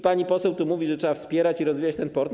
Pani poseł tu mówi, że trzeba wspierać i rozwijać ten port.